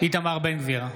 איתמר בן גביר,